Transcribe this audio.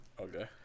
Okay